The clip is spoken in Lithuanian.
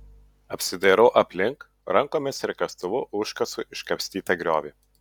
apsidairau aplink rankomis ir kastuvu užkasu iškapstytą griovį